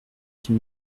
six